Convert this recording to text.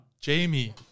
Jamie